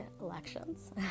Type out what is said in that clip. elections